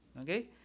Okay